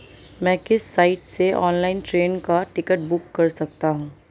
मैं किस साइट से ऑनलाइन ट्रेन का टिकट बुक कर सकता हूँ?